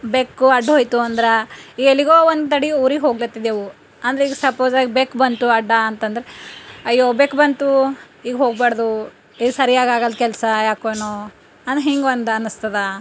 ಬೆಕ್ಕು ಅಡ್ಡೋಯ್ತು ಅಂದ್ರೆ ಎಲ್ಲಿಗೋ ಒಂದ್ಕಡೆ ಊರಿಗೆ ಹೋಗ್ಲತ್ತಿದ್ದೆವು ಅಂದರೆ ಈಗ ಸಪೋಸಾಗಿ ಬೆಕ್ಕು ಬಂತು ಅಡ್ಡ ಅಂತಂದ್ರೆ ಅಯ್ಯೋ ಬೆಕ್ಕು ಬಂತು ಈಗ ಹೋಗ್ಬಾರ್ದು ಈಗ ಸರಿಯಾಗಿ ಆಗಲ್ದ ಕೆಲಸ ಯಾಕೋ ಏನೋ ಅಂತ ಹಿಂಗೆ ಒಂದು ಅನ್ನಿಸ್ತದೆ